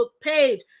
page